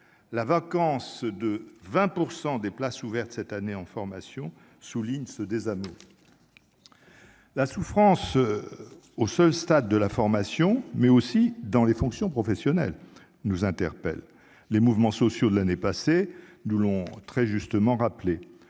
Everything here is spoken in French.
la vacance de 20 pour 100 des places ouvertes cette année en formation, souligne ce désamour la souffrance au seul stade de la formation, mais aussi dans les fonctions professionnelles nous interpelle les mouvements sociaux de l'année passée, nous l'ont très justement rappelé